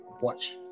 Watch